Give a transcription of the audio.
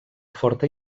forta